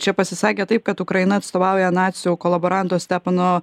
čia pasisakė taip kad ukraina atstovauja nacių kolaboranto stepono